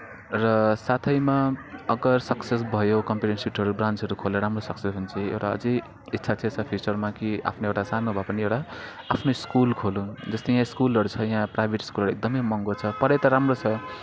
र साथैमा अगर सक्सेस भयो कम्प्युटर इन्स्टिट्युटहरू ब्रान्चहरू खोलेर राम्रो सक्सेस हुन्छ एउटा अझै इच्छा चाहिँ छ फ्युचरमा कि आफ्नो एउटा सानो भए पनि एउटा आफ्नो स्कुल खोलुँ जस्तै यहाँ स्कुलहरू छ यहाँ प्राइभेट स्कुलहरू एकदमै महँगो छ पढाइ त राम्रो छ